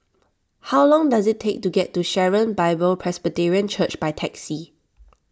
how long does it take to get to Sharon Bible Presbyterian Church by taxi